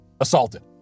assaulted